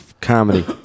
comedy